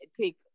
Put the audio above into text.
take